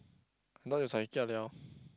I thought you zai kia [liao]